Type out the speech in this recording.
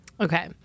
Okay